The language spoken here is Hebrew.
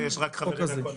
יש רק חברים מהקואליציה.